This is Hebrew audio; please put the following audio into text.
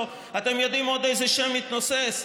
אתם הזמנתם את הממשלה,